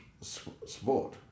sport